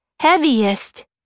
heaviest